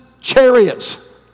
chariots